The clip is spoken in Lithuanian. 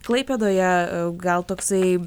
klaipėdoje gal toksai